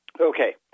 okay